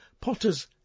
Potter's